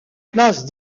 place